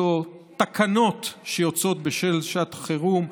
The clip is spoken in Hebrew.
תקנות שיוצאות בשל שעת חירום,